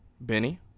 Benny